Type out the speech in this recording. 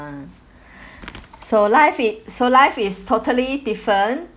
so life it so life is totally different